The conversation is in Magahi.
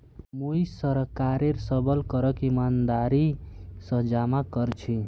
मुई सरकारेर सबल करक ईमानदारी स जमा कर छी